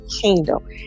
kingdom